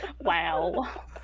Wow